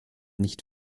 nicht